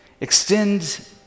extend